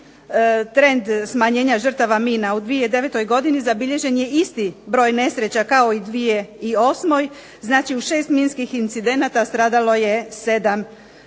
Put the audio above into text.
trend smanjenja žrtava mina u 2009. godini zabilježen je isti broj nesreća kao i 2008., znači u 6 minskih incidenata stradalo je 7